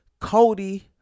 Cody